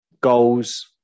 goals